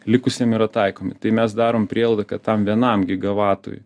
likusiem yra taikomi tai mes darom prielaidą kad tam vienam gigavatui